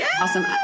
awesome